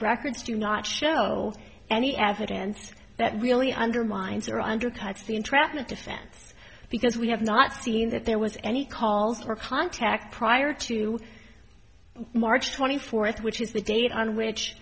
records do not show any evidence that really undermines or undercuts the entrapment defense because we have not seen that there was any calls for contact prior to march twenty fourth which is the date on which